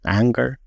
anger